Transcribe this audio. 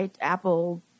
Apple